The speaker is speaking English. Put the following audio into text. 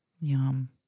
Yum